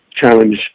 challenge